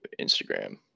Instagram